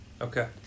Okay